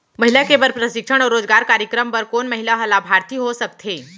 महिला के बर प्रशिक्षण अऊ रोजगार कार्यक्रम बर कोन महिला ह लाभार्थी हो सकथे?